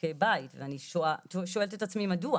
כריתוקי בית ואני שואלת את עצמי מדוע.